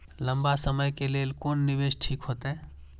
लंबा समय के लेल कोन निवेश ठीक होते?